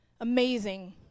Amazing